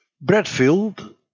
Bradfield